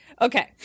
Okay